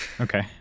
Okay